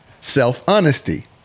self-honesty